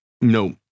No